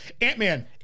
Ant-Man